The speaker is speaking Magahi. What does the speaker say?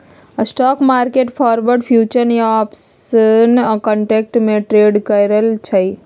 स्टॉक मार्केट फॉरवर्ड, फ्यूचर्स या आपशन कंट्रैट्स में ट्रेड करई छई